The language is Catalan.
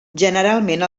generalment